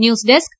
news desk